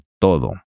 todo